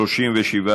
סעיפים 1 13 נתקבלו.